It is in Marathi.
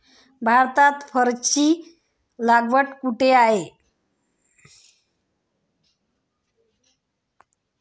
भारतात फरची लागवड कुठे आहे?